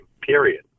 period